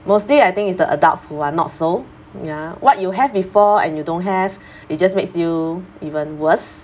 mostly I think it's the adults who are not so ya what you have before and you don't have it just makes you even worse